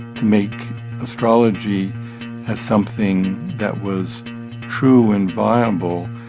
to make astrology as something that was true and viable,